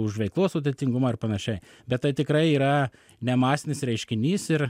už veiklos sudėtingumą ir panašiai bet tai tikrai yra ne masinis reiškinys ir